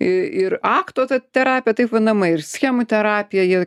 i ir akto ta terapija taip vadinama ir schemų terapija jie